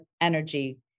energy